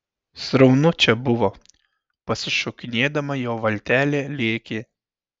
sraunu čia buvo pasišokinėdama jo valtelė lėkė